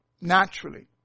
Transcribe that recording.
Naturally